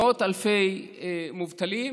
מאות אלפי מובטלים,